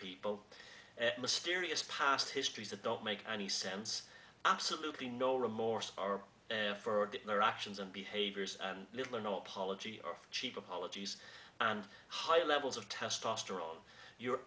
people and mysterious past histories that don't make any sense absolutely no remorse are for their actions and behaviors and little or no apology or cheap apologies and high levels of testosterone you're